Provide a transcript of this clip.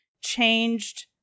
changed